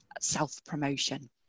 self-promotion